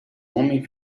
homem